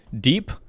deep